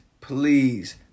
please